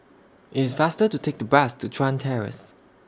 IS faster to Take The Bus to Chuan Terrace